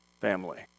family